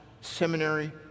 seminary